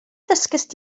ddysgaist